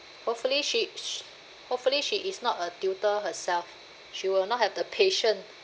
hopefully she sh~ hopefully she is not a tutor herself she will not have the patient